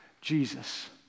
Jesus